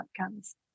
outcomes